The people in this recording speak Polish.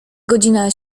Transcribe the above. godzina